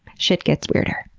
shit gets weirder.